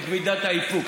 את מידת האיפוק.